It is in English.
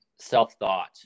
self-thought